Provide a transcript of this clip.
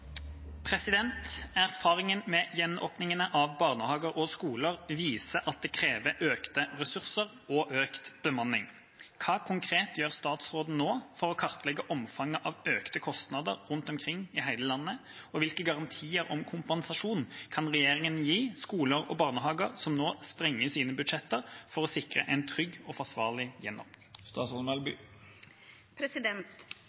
økt bemanning. Hva konkret gjør statsråden nå for å kartlegge omfanget av økte kostnader rundt om i landet, og hvilke garantier om kompensasjon kan regjeringen gi til skoler og barnehager som nå sprenger sine budsjetter for å sikre en trygg og forsvarlig